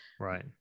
Right